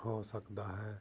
ਹੋ ਸਕਦਾ ਹੈ